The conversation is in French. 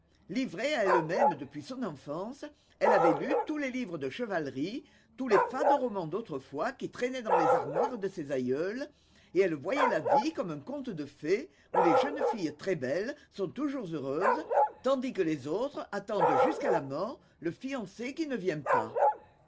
livrée à elle-même depuis son enfance elle avait lu tous les livres de chevalerie tous les fades romans d'autrefois qui traînaient dans les armoires de ses aïeules et elle voyait la vie comme un conte de fées où les jeunes filles très belles sont toujours heureuses tandis que les autres attendent jusqu'à la mort le fiancé qui ne vient pas